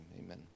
amen